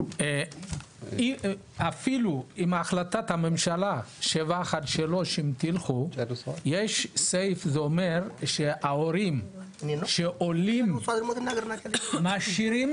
אפילו בהחלטת הממשלה 713 יש סעיף שאומר שההורים שעולים משאירים